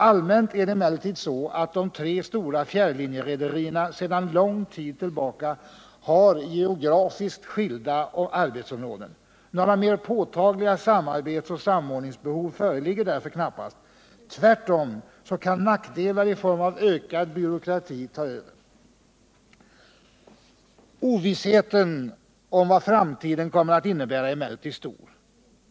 Allmänt är det emellertid så, att de tre stora fjärrlinjerederierna sedan lång tid tillbaka har geografiskt skilda arbetsområden. Några mera påtagliga samarbetsoch samordningsbehov föreligger därför knappast. Tvärtom kan nackdelar i form av ökad byråkrati ta över. Ovissheten om vad framtiden kommer att innebära är emellertid stor.